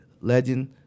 legend